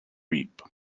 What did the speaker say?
reap